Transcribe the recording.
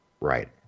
Right